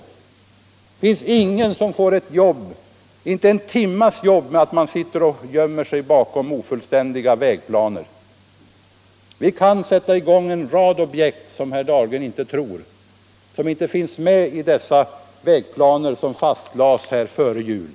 Det finns ingen som får en timmes jobb genom att man sitter och gömmer sig bakom ofullständiga vägplaner. Vi kan sätta i gång en rad objekt som herr Dahlgren inte tror kan igångsättas nu, som inte finns med i dessa vägplaner som fastställdes här före jul.